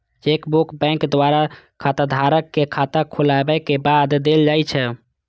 chequebook bank द्वारा खाताधारक कें खाता खोलाबै के बाद देल जाइ छै